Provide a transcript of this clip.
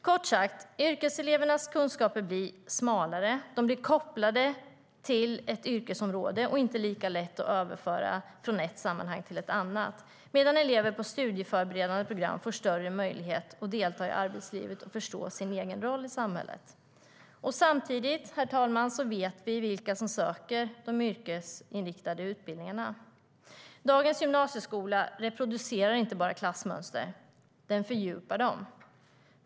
Kort sagt blir yrkeselevernas kunskaper smalare, kopplade till ett yrkesområde och inte lika lätta att överföra från ett sammanhang till ett annat. Elever på studieförberedande program får däremot större möjlighet att delta i arbetslivet och förstå sin egen roll i samhället. Samtidigt vet vi, herr talman, vilka som söker de yrkesinriktade utbildningarna. Dagens gymnasieskola reproducerar inte bara klassmönster utan fördjupar dem.